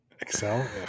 Excel